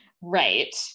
Right